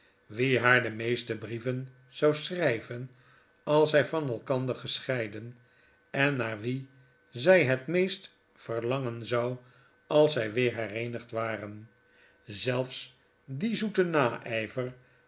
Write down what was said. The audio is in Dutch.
wie haar de meeste brieven zou schryven als zy van elkander gescheiden en naar wie zy het meest verlangen zou als zy weer hereenigd waren zelfs die zoete nay